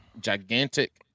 gigantic